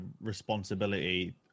responsibility